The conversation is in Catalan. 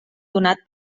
donat